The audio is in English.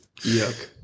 Yuck